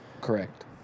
Correct